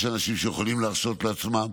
יש אנשים שיכולים להרשות לעצמם,